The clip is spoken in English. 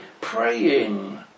praying